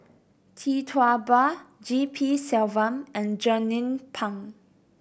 Tee Tua Ba G P Selvam and Jernnine Pang